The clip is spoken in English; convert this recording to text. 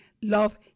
Love